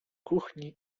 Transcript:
kuchni